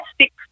six